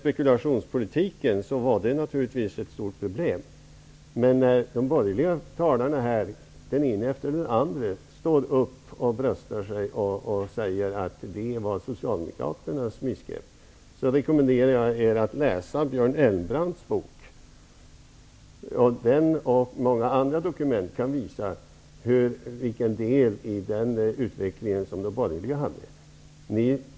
Spekulationspolitiken var naturligvis ett stort problem. Men den ena efter den andra av de borgerliga talarna här bröstar sig och säger att den var ett socialdemokratiskt missgrepp. Jag rekommenderar er att läsa Björn Elmbrandts bok. Den och många andra dokument kan visa vilken del i utvecklingen de borgerliga hade.